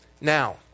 Now